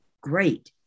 Great